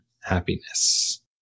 happiness